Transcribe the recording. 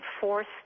fourth